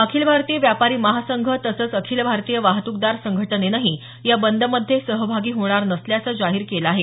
अखिल भारतीय व्यापारी महासंघ तसंच अखिल भारतीय वाहतुकदार संघटनेनंही या बदमध्ये सहभागी होणार नसल्याचं जाहीर केलं आहे